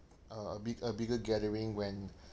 a a big a bigger gathering when